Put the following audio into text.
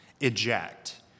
eject